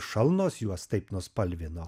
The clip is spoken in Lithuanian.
šalnos juos taip nuspalvino